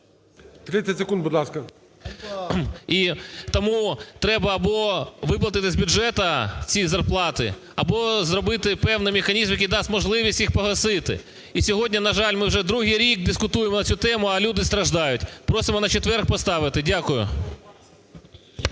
30 секунд, будь ласка. ЯЦЕНКО А.В. І тому треба або виплатити з бюджету ці зарплати, або зробити певний механізм, який дасть можливість їх погасити. І сьогодні, на жаль, ми вже другий рік дискутуємо на цю тему, а люди страждають. Просимо на четвер поставити. Дякую.